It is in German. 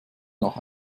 nach